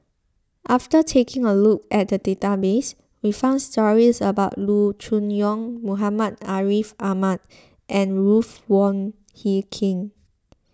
after taking a look at the database we found stories about Loo Choon Yong Muhammad Ariff Ahmad and Ruth Wong Hie King